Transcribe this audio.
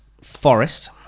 Forest